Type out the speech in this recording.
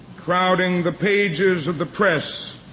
crowding the pages of the press